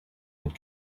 had